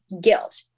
guilt